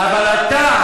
--- התרבות --- אבל אתה,